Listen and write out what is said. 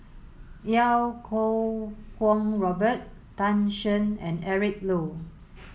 Iau Kuo Kwong Robert Tan Shen and Eric Low